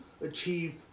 achieve